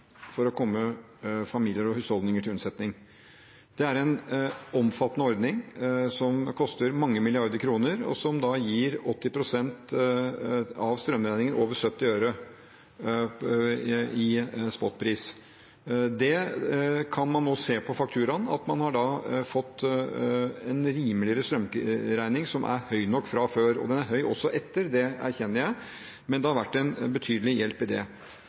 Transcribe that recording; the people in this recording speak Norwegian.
for å komme familier og husholdninger til unnsetning. Det er en omfattende ordning, som koster mange milliarder kroner, og som dekker 80 pst. av strømregningen av det som er over 70 øre/kWh i spotpris. Det kan man nå se på fakturaen, at man har fått en rimeligere strømregning, som er høy nok fra før. Den er høy også etter, det erkjenner jeg, men det har vært en betydelig hjelp i det.